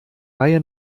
reihe